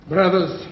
Brothers